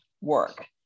work